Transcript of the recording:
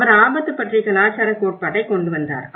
அவர் ஆபத்து பற்றிய கலாச்சார கோட்பாட்டைக் கொண்டுவந்தார்